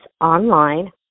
online